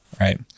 right